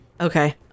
Okay